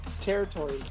territory